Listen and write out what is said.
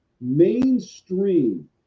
mainstream